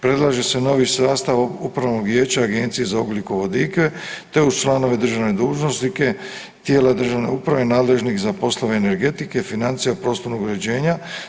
Predlaže se novi sastav upravnog vijeća Agencije za ugljikovodike, te uz članove državne dužnosnike tijela državne uprave nadležnih za poslove energetike, financija i prostornog uređenja.